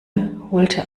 holte